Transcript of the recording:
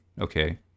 Okay